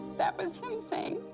that was him saying,